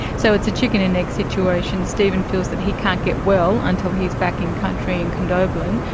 so, it's a chicken and egg situation. steven feels that he can't get well until he's back in country, in condobolin,